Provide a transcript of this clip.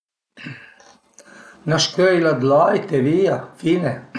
'na scöila 'd lait e via, fine